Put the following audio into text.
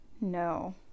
No